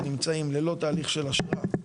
ונמצאים ללא תהליך של אשרה,